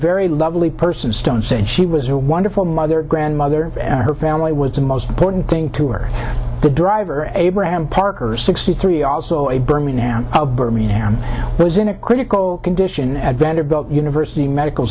very lovely person stone said she was a wonderful mother grandmother and her family was the most important thing to her the driver abraham parker sixty three also a birmingham of birmingham was in a critical condition at vanderbilt university medical